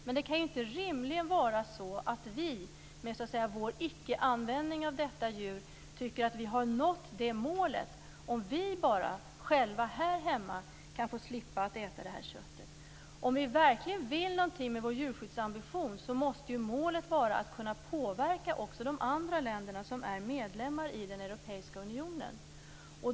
Men det kan inte rimligen vara så att vi med vår icke-användning av detta djur tycker att vi har nått det målet, om vi bara här hemma kan få slippa att äta det här köttet. Om vi verkligen vill någonting med vår djurskyddsambition måste målet vara att kunna påverka också de andra länder som är medlemmar i den europeiska unionen.